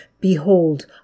behold